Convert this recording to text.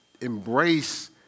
embrace